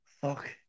Fuck